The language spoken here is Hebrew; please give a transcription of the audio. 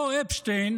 אותו אפשטיין